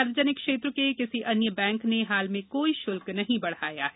सार्वजनिक क्षेत्र के किसी अन्य बैंक ने हाल में कोई शुल्क नहीं बढ़ाया है